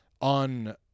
on